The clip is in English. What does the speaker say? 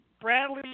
Bradley